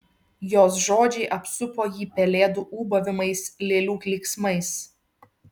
jos žodžiai apsupo jį pelėdų ūbavimais lėlių klyksmais